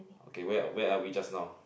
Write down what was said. okay where where are we just now